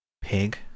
Pig